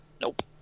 nope